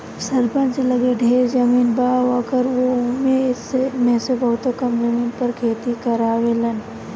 सरपंच लगे ढेरे जमीन बा बाकिर उ ओमे में से बहुते कम जमीन पर खेती करावेलन